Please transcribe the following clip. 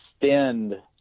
extend